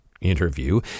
interview